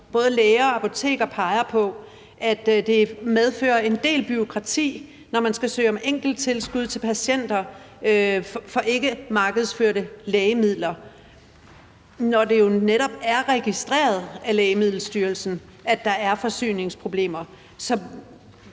både læger og apoteker peger på, at det medfører en del bureaukrati, at man skal søge om enkelttilskud til patienter for ikke markedsførte lægemidler, når det jo netop er registreret af Lægemiddelstyrelsen, at der er forsyningsproblemer. Så